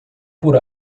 por